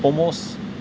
promos